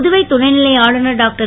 புதுவை துணைநிலை ஆளுனர் டாக்டர்